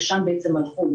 לשם בעצם הלכו התוספות,